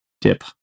dip